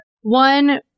one